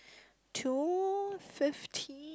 two fifteen